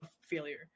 failure